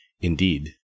Indeed